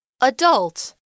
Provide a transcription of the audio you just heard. Adult